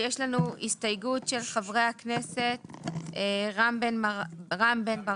יש לנו הסתייגות של חברי הכנסת רם בן ברק,